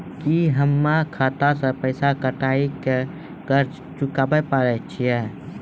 की हम्मय खाता से पैसा कटाई के कर्ज चुकाबै पारे छियै?